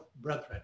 brethren